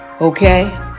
Okay